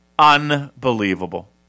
Unbelievable